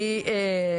אחרת.